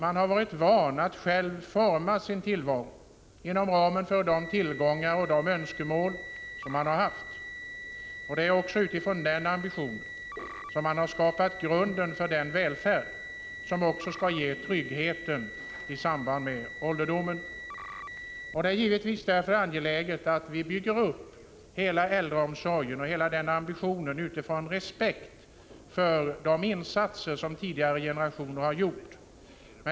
De har varit vana att själva forma sin tillvaro inom ramen för sina tillgångar och önskemål. Det är också utifrån den ambitionen som de har skapat grunden för den välfärd som skall ge trygghet inför ålderdomen. Det är givetvis därför angeläget att vi bygger upp hela äldreomsorgen med ambitionen att känna respekt för de insatser som tidigare generationer har gjort.